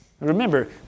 Remember